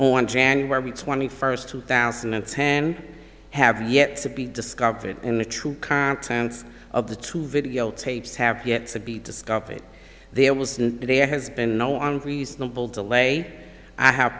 on january twenty first two thousand and ten have yet to be discovered in the true contents of the true videotapes have yet to be discovered there was and there has been no on reasonable delay i have